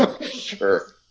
Sure